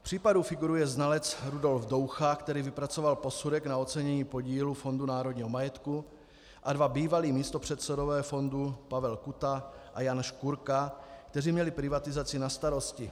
V případu figuruje znalec Rudolf Doucha, který vypracoval posudek na ocenění podílu Fondu národního majetku, a dva bývalí místopředsedové fondu, Pavel Kuta a Jan Škurka, kteří měli privatizaci na starosti.